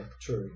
true